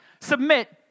submit